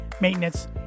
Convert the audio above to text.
maintenance